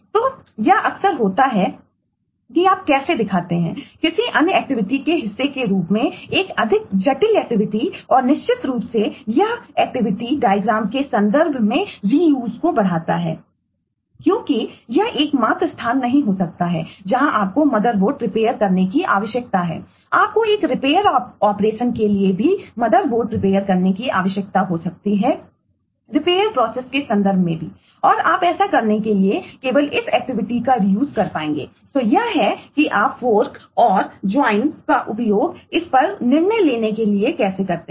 तो यह अक्सर होता है कि आप कैसे दिखाते हैं किसी अन्य एक्टिविटी का उपयोग इस पर निर्णय लेने के लिए कैसे करते हैं